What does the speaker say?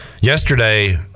Yesterday